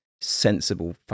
sensible